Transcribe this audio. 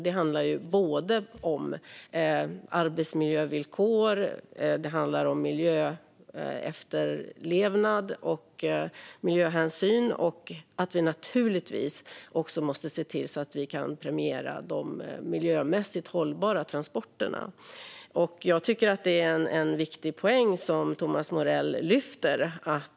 Det handlar om både arbetsvillkor och miljöefterlevnad och miljöhänsyn. Vi måste naturligtvis också se till att vi kan premiera de miljömässigt hållbara transporterna. Jag tycker att det är en viktig poäng som Thomas Morell lyfter fram.